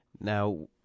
now